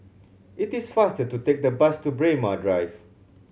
it is faster to take the bus to Braemar Drive